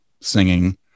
singing